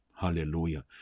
Hallelujah